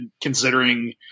considering